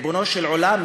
ריבונו של עולם,